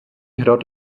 hrad